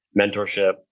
mentorship